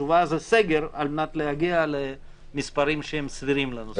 התשובה זה סגר על מנת להגיע למספרים שהם סבירים לנושא.